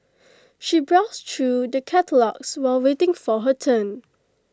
she browsed through the catalogues while waiting for her turn